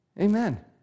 Amen